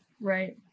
Right